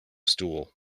stool